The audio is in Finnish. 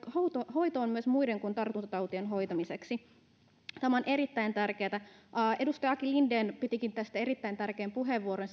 hoitoon myös muiden kuin tartuntatautien hoitamiseksi tämä on erittäin tärkeätä edustaja aki linden pitikin tästä erittäin tärkeän puheenvuoron